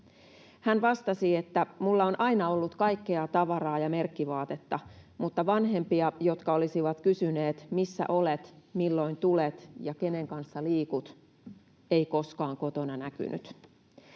Hän vastasi, että ”mulla on aina ollut kaikkea tavaraa ja merkkivaatetta, mutta vanhempia, jotka olisivat kysyneet, missä olet, milloin tulet ja kenen kanssa liikut, ei koskaan kotona näkynyt”.